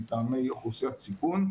מטעמי אוכלוסיית סיכון,